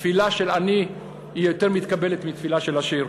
תפילה של עני, היא יותר מתקבלת מתפילה של עשיר.